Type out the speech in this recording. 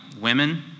women